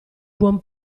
buon